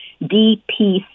DPC